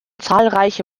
zahlreiche